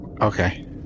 Okay